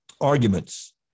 arguments